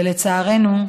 ולצערנו,